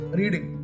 reading